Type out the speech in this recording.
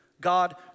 God